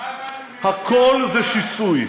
תלמד משהו, הכול זה שיסוי.